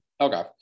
Okay